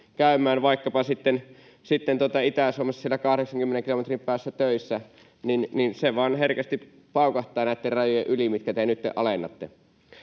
käymään vaikkapa Itä-Suomessa 80 kilometrin päässä töissä, niin se vain herkästi paukahtaa näitten rajojen yli, mitkä te nytten alennatte.